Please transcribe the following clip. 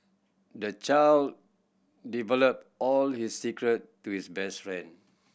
the child develop all his secret to his best friend